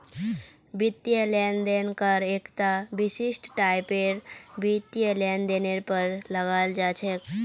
वित्तीय लेन देन कर एकता विशिष्ट टाइपेर वित्तीय लेनदेनेर पर लगाल जा छेक